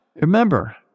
Remember